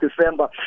December